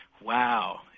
Wow